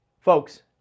Folks